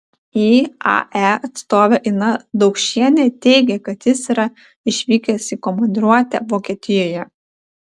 iae atstovė ina daukšienė teigė kad jis yra išvykęs į komandiruotę vokietijoje